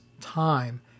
time